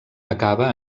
acaba